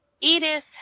Edith